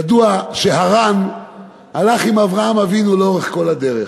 ידוע שהרן הלך עם אברהם אבינו לאורך כל הדרך.